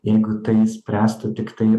jeigu tai spręstų tiktai